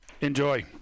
Enjoy